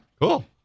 Cool